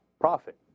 profit